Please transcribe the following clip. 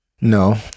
No